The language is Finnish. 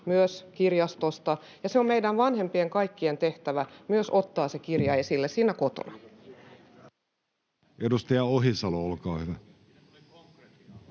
myös kirjastosta, ja se on meidän vanhempien, kaikkien tehtävä myös ottaa se kirja esille siellä kotona. [Speech 18] Speaker: